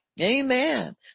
Amen